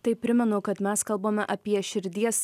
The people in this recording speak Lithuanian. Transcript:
tai primenu kad mes kalbame apie širdies